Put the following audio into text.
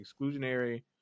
exclusionary